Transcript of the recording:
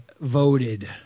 voted